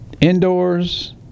indoors